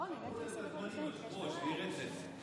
תחברו להם את הזמנים, אדוני היושב-ראש, שיהיה רצף.